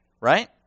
right